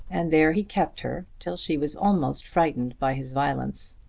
and there he kept her till she was almost frightened by his violence.